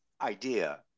idea